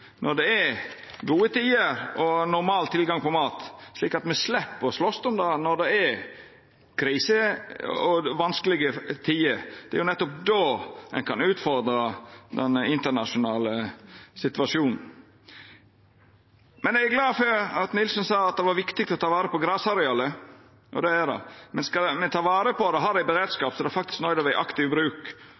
når det er gode tider og normal tilgang på mat, slik at me slepp å slåst om det når det er krise og vanskelege tider. Det er jo nettopp då ein kan utfordra den internasjonale situasjonen. Eg er glad for at Nilsen sa at det var viktig å ta vare på grasarealet, og det er det. Men skal me ta vare på det og ha det i beredskap, er det faktisk nøydt til å vera i aktiv bruk.